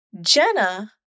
Jenna